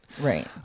Right